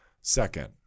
second